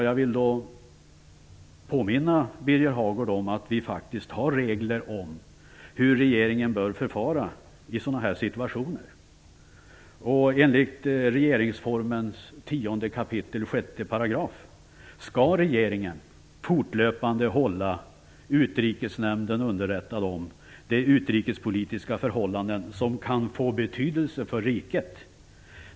Jag vill då påminna Birger Hagård om att vi faktiskt har regler om hur regeringen bör förfara i sådana här situationer. Enligt 10 kap. 6 § regeringsformen skall regeringen fortlöpande hålla Utrikesnämnden underrättad om de utrikespolitiska förhållanden som kan få betydelse för riket.